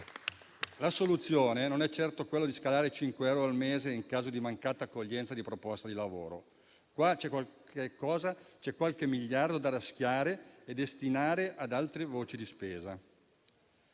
La soluzione non è certo quella di scalare 5 euro al mese in caso di mancata accoglienza di proposta di lavoro. Qui c'è qualche miliardo da raschiare e da destinare ad altre voci di spesa.